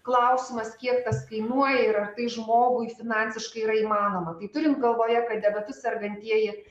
klausimas kiek tas kainuoja ir ar tai žmogui finansiškai yra įmanoma tai turint galvoje kad diabetu sergantieji